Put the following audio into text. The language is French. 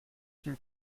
une